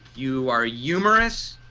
you are yeah humorous,